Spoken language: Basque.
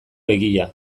egia